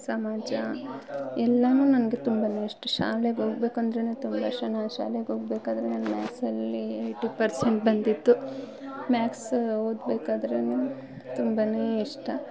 ಸಮಾಜ ಎಲ್ಲಾ ನನಗೆ ತುಂಬ ಇಷ್ಟ ಶಾಲೆಗೋಗ್ಬೇಕಂದ್ರೆ ತುಂಬ ಇಷ್ಟ ನಾ ಶಾಲೆಗೋಗ್ಬೇಕಾದರೆ ನಾನು ಮ್ಯಾಕ್ಸಲ್ಲಿ ಏಯ್ಟಿ ಪರ್ಸೆಂಟ್ ಬಂದಿತ್ತು ಮ್ಯಾಕ್ಸ್ ಓದಬೇಕಾದ್ರು ತುಂಬ ಇಷ್ಟ